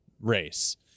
race